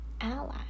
ally